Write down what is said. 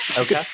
Okay